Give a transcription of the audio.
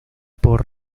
por